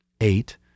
Eight